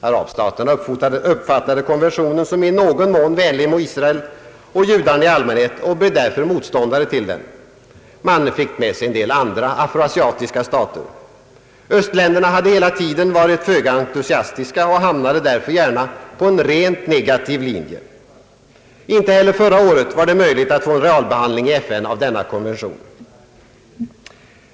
Arabstaterna uppfattade konventionen som i någon mån vänlig mot Israel och judarna i allmänhet och blev därför motståndare till den. Man fick med sig en del andra afroasiatiska stater. Östländerna hade hela tiden varit föga entusiastiska och handlade därför gärna på en rent negativ linje. Inte heller förra året var det möjligt att få en realbehandling i FN av denna konvention.